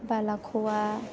बालाख'वा